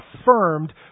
affirmed